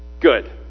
good